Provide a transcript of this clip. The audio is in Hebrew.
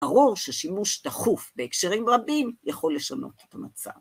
ברור ששימוש דחוף בהקשרים רבים יכול לשנות את המצב.